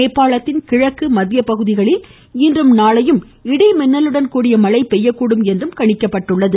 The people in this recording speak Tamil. நேபாளத்தின் கிழக்கு மற்றும் மத்திய பகுதிகளில் இன்றும் நாளையும் இடி மின்னலுடன் கூடிய மழை பெய்யக்கூடுமென்றும் கணிக்கப்பட்டுள்ளது